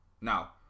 Now